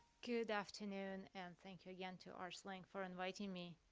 good afternoon, and thank you again to artslink for inviting me.